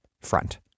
front